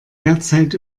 derzeit